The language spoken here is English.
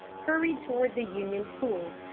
hurried toward the union school.